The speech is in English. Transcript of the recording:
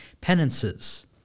penances